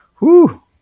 whoo